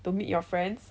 to meet your friends